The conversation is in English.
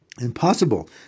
Impossible